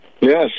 Yes